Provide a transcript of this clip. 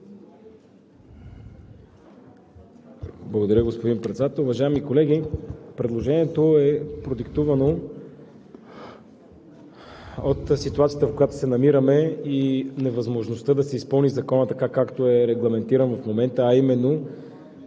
Благодаря, господин Председател. Уважаеми колеги, предложението е продиктувано от ситуацията, в която се намираме, и невъзможността да се изпълни Законът, както е регламентиран в момента, а именно